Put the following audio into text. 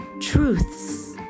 truths